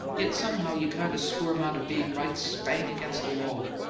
yet somehow you kind of squirm out of being right spang against the wall.